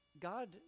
God